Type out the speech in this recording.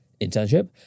internship